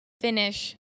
finish